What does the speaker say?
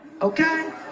okay